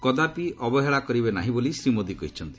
କଦାପି ଅବହେଳା କରିବେ ନାହିଁ ବୋଲି ଶ୍ରୀ ମୋଦି କହିଛନ୍ତି